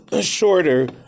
shorter